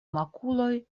makuloj